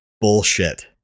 bullshit